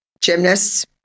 gymnasts